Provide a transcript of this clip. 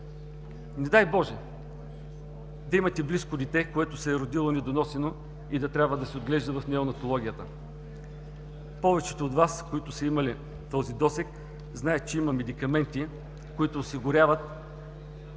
Не дай Боже да имате близко дете, което се е родило недоносено и трябва да се отглежда в неонатологията. Повечето от Вас, които са имали този досег, знаят, че има медикаменти, които осигуряват